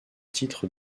titre